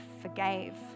forgave